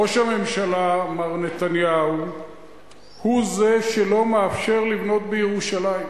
ראש הממשלה מר נתניהו הוא זה שלא מאפשר לבנות בירושלים.